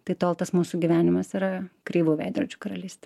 tai tol tas mūsų gyvenimas yra kreivų veidrodžių karalystė